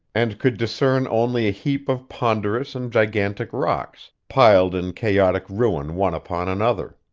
and could discern only a heap of ponderous and gigantic rocks, piled in chaotic ruin one upon another.